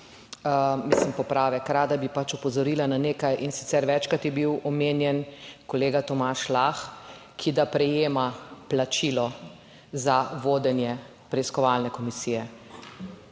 mislim, popravek, rada bi pač opozorila na nekaj in sicer večkrat je bil omenjen kolega Tomaž Lah, ki da prejema plačilo za vodenje preiskovalne komisije.